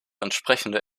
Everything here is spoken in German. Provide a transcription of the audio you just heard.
entsprechende